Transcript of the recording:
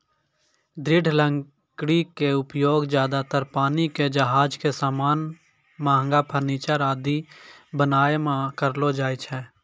दृढ़ लकड़ी के उपयोग ज्यादातर पानी के जहाज के सामान, महंगा फर्नीचर आदि बनाय मॅ करलो जाय छै